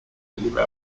completely